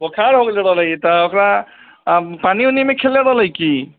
बोखर हो गेलै जादा लगै तऽ ओकरा पानी उनीमे खेललै रहलै की